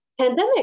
pandemic